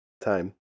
time